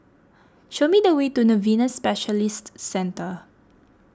show me the way to Novena Specialist Centre